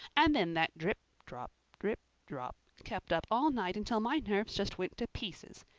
and then that drip-drop, drip-drop kept up all night until my nerves just went to pieces.